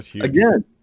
again